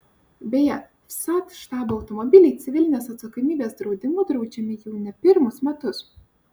beje vsat štabo automobiliai civilinės atsakomybės draudimu draudžiami jau ne pirmus metus